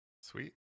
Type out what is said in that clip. Sweet